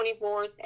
24th